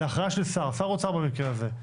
להכרעה של שר אוצר במקרה הזה.